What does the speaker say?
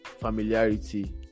familiarity